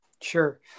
Sure